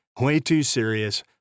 way-too-serious